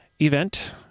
event